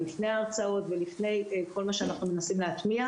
לפני ההרצאות ולפני כל מה שאנחנו מנסים להטמיע,